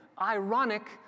ironic